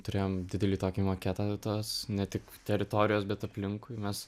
turėjom didelį tokį maketą tos ne tik teritorijos bet aplinkui mes